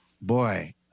boy